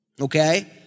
Okay